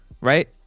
right